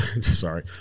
Sorry